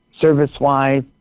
service-wise